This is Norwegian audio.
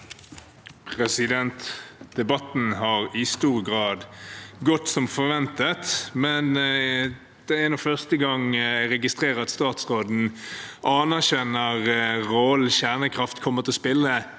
Debatten har i stor grad gått som forventet, men det er første gang jeg registrerer at statsråden anerkjenner rollen kjernekraft kommer til å spille